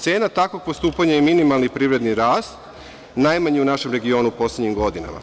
Cena takvog postupanja je minimalni privredni rast, najmanji u našem regionu u poslednjim godinama.